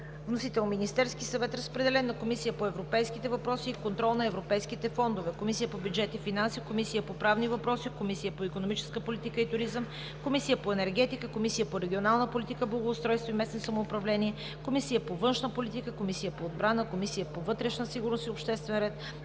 Вносител – Министерският съвет. Разпределена е на Комисията по европейските въпроси и контрол на европейските фондове, Комисията по бюджет и финанси, Комисията по правни въпроси, Комисията по икономическа политика и туризъм, Комисията по енергетика, Комисията по регионална политика, благоустройство и местно самоуправление, Комисията по външна политика, Комисията по отбрана, Комисията по вътрешна сигурност и обществен ред,